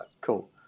Cool